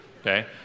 okay